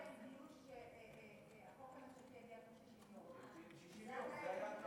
התנאי היחידי, שהחוק הממשלתי יגיע בתוך 60 יום.